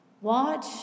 Watch